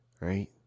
Right